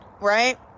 right